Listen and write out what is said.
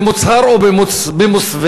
במוצהר או במוסווה,